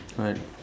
right